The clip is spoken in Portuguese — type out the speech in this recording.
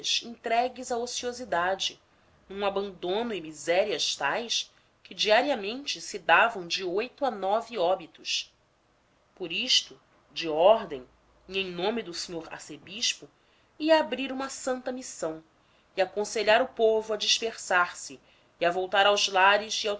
entregues à ociosidade num abandono e misérias tais que diariamente se davam de a óbitos por isto de ordem e em nome do sr arcebispo ia abrir uma santa missão e aconselhar o povo a dispersar se e a voltar aos lares